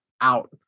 out